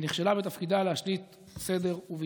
ונכשלה בתפקידה להשליט סדר וביטחון.